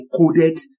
encoded